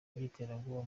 by’iterabwoba